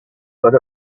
got